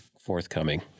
forthcoming